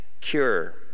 cure